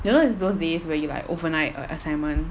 you know it's those days where you like overnight on your assignment